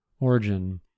origin